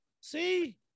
See